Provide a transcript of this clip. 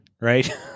right